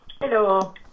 hello